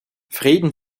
frieden